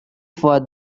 for